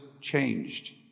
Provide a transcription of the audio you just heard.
changed